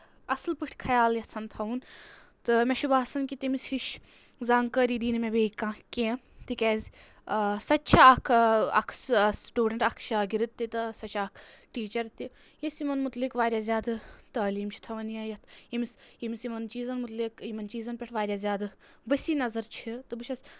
اَصٕل پٲٹھۍ خیال یَژھان تھاوُن تہٕ مےٚ چھُ باسان کہِ تٔمِس ہِش زانکٲری دی نہٕ مےٚ بیٚیہِ کانٛہہ کینٛہہ تِکیاز سۄ تہِ چھےٚ اکھ اکھ سٹوٗڈنٛٹ اکھ شاگِرد تہِ تہٕ سۄ چھےٚ اکھ ٹیٖچر تہِ یۄس یِمن مُتعلِق واریاہ زیادٕ تعلیٖم چھےٚ تھاون یا یَتھ ییٚمِس ییٚمِس یِمن چیٖزن مُتعلِق یِمن چیٖزن پؠٹھ واریاہ زیادٕ ؤسیٖح نظر چھِ تہٕ بہٕ چھَس